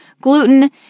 gluten